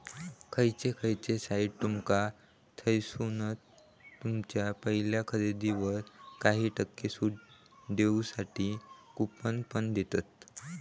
खयचे खयचे साइट्स तुमका थयसून तुमच्या पहिल्या खरेदीवर काही टक्के सूट देऊसाठी कूपन पण देतत